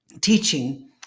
teaching